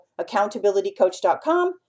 accountabilitycoach.com